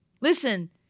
Listen